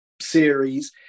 series